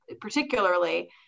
particularly